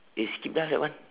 eh skip lah that one